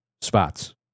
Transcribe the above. spots